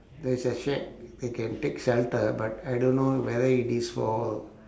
there is a shack they can take shelter but I don't know whether it is for